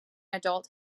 adult